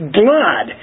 blood